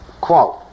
quote